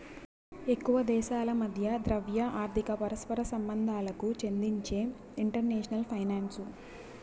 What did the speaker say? ఎక్కువ దేశాల మధ్య ద్రవ్య, ఆర్థిక పరస్పర సంబంధాలకు చెందిందే ఇంటర్నేషనల్ ఫైనాన్సు